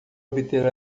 obter